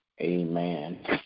amen